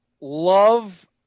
love